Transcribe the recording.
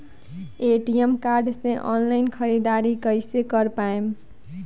ATM card से online ख़रीदारी कइसे कर पाएम?